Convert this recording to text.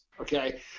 okay